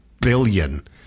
billion